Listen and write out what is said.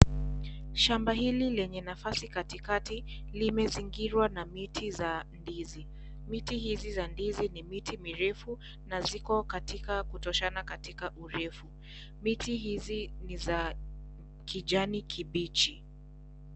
Shamba hili lenye nafasi katikati limezingirwa na miti za ndizi. Miti hizi za ndizi ni miti mirefu na ziko katika kutoshana katika urefu. Miti hizi ni za kijani kibichi.